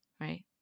right